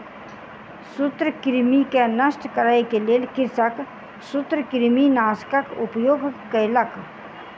सूत्रकृमि के नष्ट करै के लेल कृषक सूत्रकृमिनाशकक उपयोग केलक